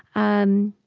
and